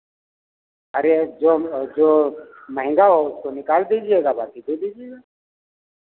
अरे जो जो महंगा हो उसको निकाल दीजियेगा बाँकी दे दीजियेगा